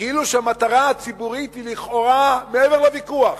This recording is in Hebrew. כאילו המטרה הציבורית היא לכאורה מעבר לוויכוח,